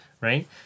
Right